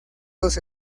los